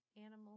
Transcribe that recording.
animal